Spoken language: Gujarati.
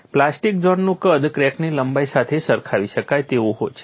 પ્લાસ્ટિક ઝોનનું કદ ક્રેકની લંબાઈ સાથે સરખાવી શકાય તેવું છે